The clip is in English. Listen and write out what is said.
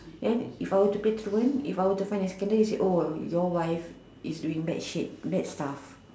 then if I want to play trawled if I want to find scandal you say oh your wife is doing bad shit bad stuff